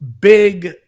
big